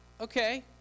okay